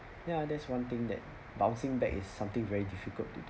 ya that's one thing that bouncing back is something very difficult to do